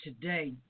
today